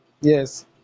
yes